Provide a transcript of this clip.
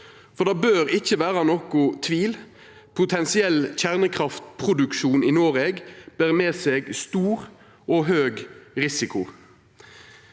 Det bør ikkje vera nokon tvil: Potensiell kjernekraftproduksjon i Noreg ber med seg stor og høg risiko.